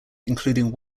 including